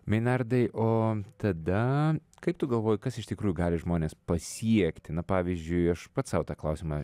meinardai o tada kaip tu galvoji kas iš tikrųjų gali žmones pasiekti na pavyzdžiui aš pats sau tą klausimą